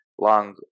long